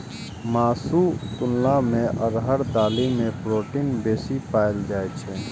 मासुक तुलना मे अरहर दालि मे प्रोटीन बेसी पाएल जाइ छै